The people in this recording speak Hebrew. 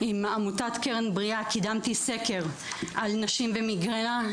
עם העמותה "קרן בריאה" קידמתי סקר על נשים במיגרנה.